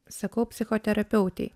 sakau psichoterapeutei